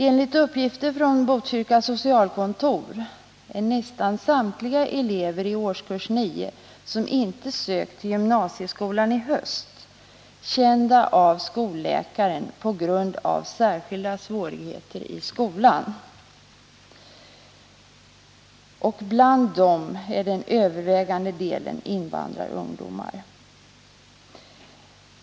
Enligt uppgifter från Botkyrka socialkontor är nästan samtliga elever i årskurs 9, som inte har sökt till gymnasieskolan i höst, kända av skolläkaren på grund av att de har särskilda svårigheter i skolan. Den övervägande delen är invandrarungdomar.